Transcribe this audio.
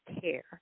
care